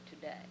today